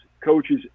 coaches